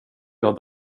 jag